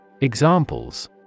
Examples